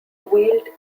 wheeled